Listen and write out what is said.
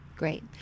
Great